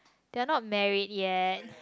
they are not married yet